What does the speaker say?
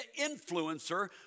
influencer